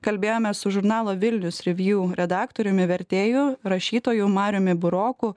kalbėjomės su žurnalo vilnius revju redaktoriumi vertėju rašytoju mariumi buroku